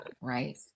right